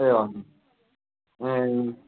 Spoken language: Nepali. ए ए